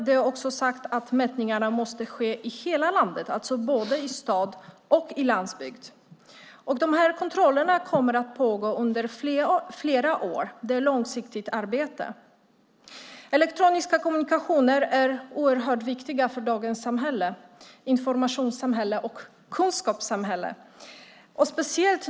Det är dock sagt att mätningarna måste ske i hela landet, alltså både i stad och på landsbygd. Kontrollerna kommer att pågå under flera år; det är långsiktigt arbete. Elektroniska kommunikationer är viktiga för dagens informations och kunskapssamhälle.